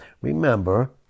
remember